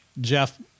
Jeff